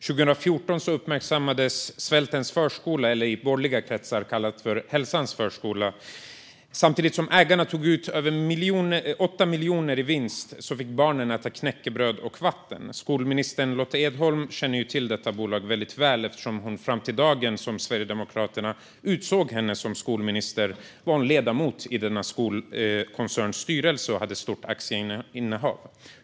År 2014 uppmärksammades svältens förskola, i borgerliga kretsar kallad Hälsans förskola. Samtidigt som ägarna tog ut över 8 miljoner i vinst fick barnen äta knäckebröd och vatten. Skolminister Lotta Edholm känner till detta bolag väldigt väl eftersom hon fram till den dag då Sverigedemokraterna utsåg henne till skolminister var ledamot i denna skolkoncerns styrelse och hade ett stort aktieinnehav.